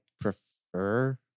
prefer